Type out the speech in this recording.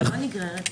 אבל מה נגררת בזה?